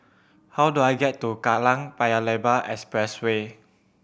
how do I get to Kallang Paya Lebar Expressway